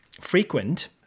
frequent